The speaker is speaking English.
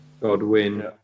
Godwin